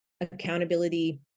accountability